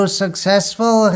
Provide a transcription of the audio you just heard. successful